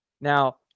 Now